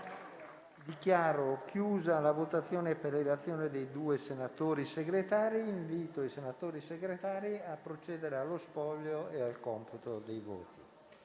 Dichiaro chiusa la votazione per l'elezione di due senatori Segretari. Invito i senatori Segretari a procedere allo spoglio delle schede.